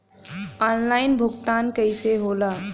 Online भुगतान कईसे होला?